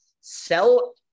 sell